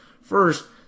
First